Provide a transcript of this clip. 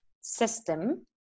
system